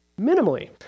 minimally